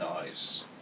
nice